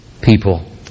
people